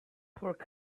pork